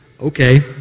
Okay